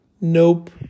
Nope